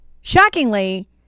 Shockingly